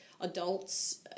adults